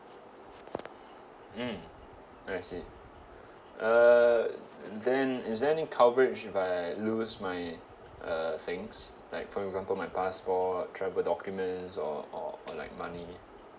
mm I see err then is there any coverage if I lose my uh things like for example my passport travel documents or or or like money